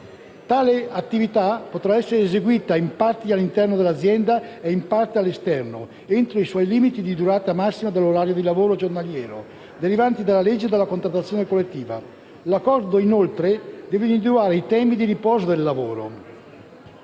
Tale attività potrà essere eseguita in parte all'interno dell'azienda e in parte all'esterno, entro i soli limiti di durata massima dell'orario di lavoro giornaliero derivanti dalla legge e dalla contrattazione collettiva. L'accordo, inoltre, deve individuare i tempi di riposo del lavoratore.